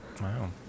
Wow